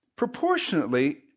proportionately